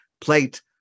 plate